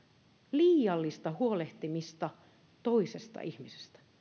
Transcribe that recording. liiallista huolehtimista toisesta ihmisestä